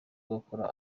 ugakora